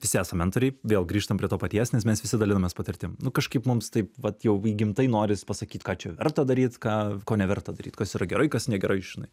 visi esam mentoriai vėl grįžtam prie to paties nes mes visi dalinamės patirtim nu kažkaip mums taip vat jau įgimtai noris pasakyt ką čia verta daryt ką ko neverta daryt kas yra gerai kas negerai žinai